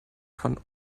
von